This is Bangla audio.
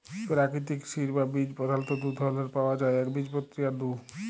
পেরাকিতিক সিড বা বীজ পধালত দু ধরলের পাউয়া যায় একবীজপত্রী আর দু